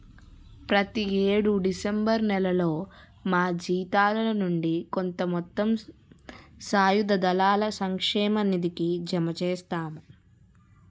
ప్రతి యేడు డిసెంబర్ నేలలో మా జీతాల నుండి కొంత మొత్తం సాయుధ దళాల సంక్షేమ నిధికి జమ చేస్తాము